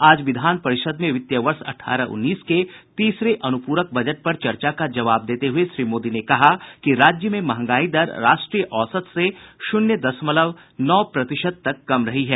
आज विधान परिषद में वित्तीय वर्ष अठारह उन्नीस के तीसरे अनुप्रक बजट पर चर्चा का जवाब देते हुए श्री मोदी ने कहा कि राज्य में महंगाई दर राष्ट्रीय औसत से शून्य दशमलव नौ प्रतिशत तक कम रही है